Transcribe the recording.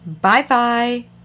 Bye-bye